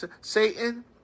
Satan